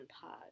pod